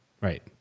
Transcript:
Right